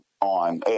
on